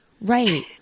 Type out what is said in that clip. Right